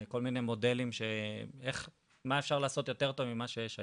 כל מיני מודלים של מה אפשר לעשות יותר טוב ממה שיש היום.